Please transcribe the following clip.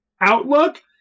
outlook